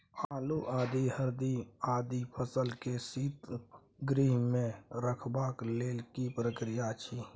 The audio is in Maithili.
आलू, आदि, हरदी आदि फसल के शीतगृह मे रखबाक लेल की प्रक्रिया अछि?